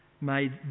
made